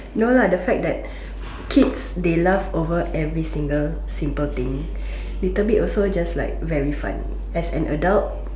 no lah the fact that kids they love over every single simple thing little bit also just like very funny as an adult